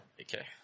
Okay